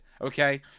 okay